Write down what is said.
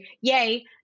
yay